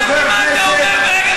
כחבר כנסת,